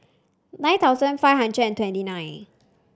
nine thousand five hundred and twenty nine